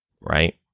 right